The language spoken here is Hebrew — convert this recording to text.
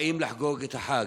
באות לחגוג את החג.